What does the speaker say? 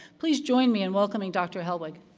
please join me in welcoming dr. hellwig.